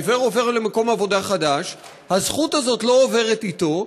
העיוור עובר למקום עבודה חדש והזכות הזאת לא עוברת אתו,